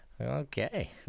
Okay